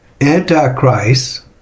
Antichrist